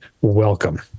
welcome